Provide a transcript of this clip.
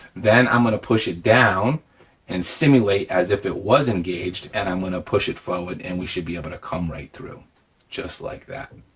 then i'm gonna push it down and simulate as if it was engaged and i'm gonna push it forward, and we should be able to come right through just like that.